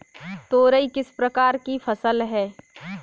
तोरई किस प्रकार की फसल है?